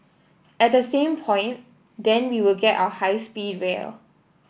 at the same point then we will get our high speed rail